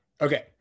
Okay